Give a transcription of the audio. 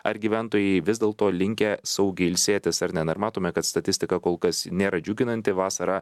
ar gyventojai vis dėl to linkę saugiai ilsėtis ar ne na ir matome kad statistika kol kas nėra džiuginanti vasarą